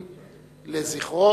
כמו שאתה זוכר,